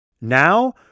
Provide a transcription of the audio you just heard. Now